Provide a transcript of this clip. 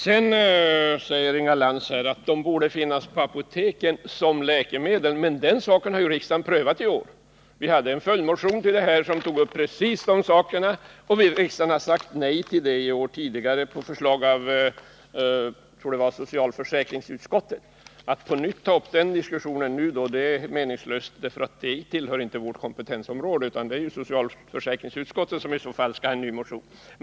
Inga Lantz sade att mensskydden borde finnas på apoteken som läkemedel. Men den saken har ju riksdagen prövat i år. Vi hade en följdmotion som tog upp precis de sakerna, och riksdagen har sagt nej till det tidigare i år på förslag från, tror jag, socialförsäkringsutskottet. Att nu på nytt ta upp den diskussionen är meningslöst, för det tillhör inte vårt kompetensområde, utan — Nr 35 det är socialförsäkringsutskottet som i så fall skall ha en ny motion att behandla.